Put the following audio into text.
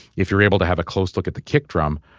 if you're able to have a close look at the kick drum,